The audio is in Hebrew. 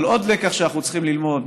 אבל עוד לקח שאנחנו צריכים ללמוד,